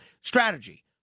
strategy